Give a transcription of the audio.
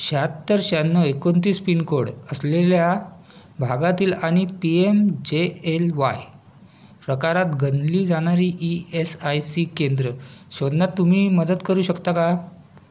शहात्तर शहाण्णव एकोणतीस पिनकोड असलेल्या भागातील आणि P M J L Y प्रकारात गनली जाणरी ई एस आय सी केंद्रं शोधण्यात तुम्ही मदत करू शकता का